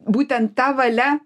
būtent ta valia